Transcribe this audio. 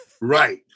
Right